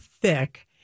thick